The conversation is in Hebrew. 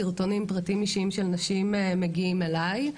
סרטונים ופרטים אישיים של נשים מגיעים אליי.